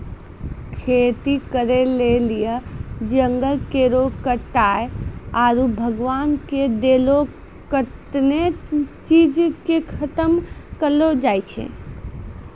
खेती करै लेली जंगल केरो कटाय आरू भगवान के देलो कत्तै ने चीज के खतम करलो जाय छै